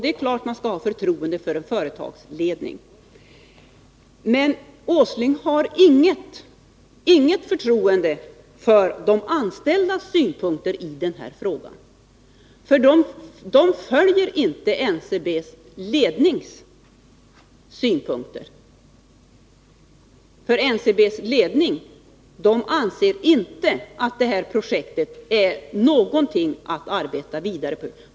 Det är klart att man skall ha förtroende för en företagsledning, men Nils Åsling har inget förtroende för de anställdas synpunkter i den här frågan, eftersom dessa inte stämmer överens med företagsledningens synpunkter. NCB:s ledning anser att det projekt de anställda vill ha prövat inte är någonting att arbeta vidare på.